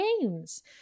games